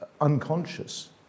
unconscious